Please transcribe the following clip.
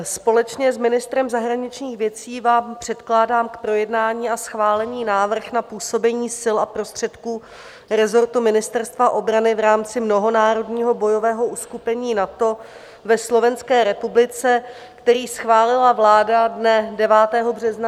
Společně s ministrem zahraničních věcí vám předkládám k projednání a schválení návrh na působení sil a prostředků rezortu Ministerstva obrany v rámci mnohonárodního bojového uskupení NATO ve Slovenské republice, který schválila vláda dne 9. března 2022.